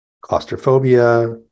claustrophobia